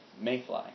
Mayfly